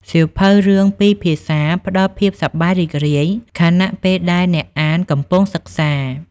សៀវភៅរឿងពីរភាសាផ្តល់ភាពសប្បាយរីករាយ ខណៈពេលដែលអ្នកអានកំពុងសិក្សា។